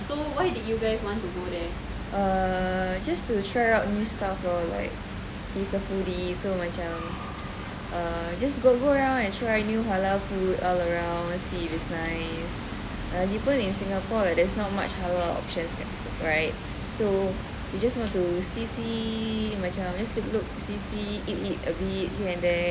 err just to try out new stuff lor like he's a foodie so macam uh just go go around try new halal food see if it's nice in singapore there is not much halal options right so you just want to see see macam just take a look see see eat eat a bit here and there